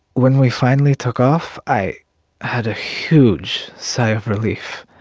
when we finally took off, i had a huge sigh of relief,